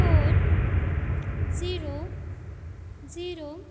four zero zero